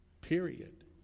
Period